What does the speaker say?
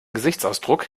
gesichtsausdruck